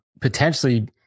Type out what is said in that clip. potentially